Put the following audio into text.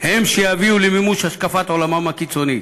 הם שיביאו למימוש השקפת עולמם הקיצונית.